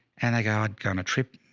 and i go, i'd go on a trip,